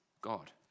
God